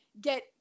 get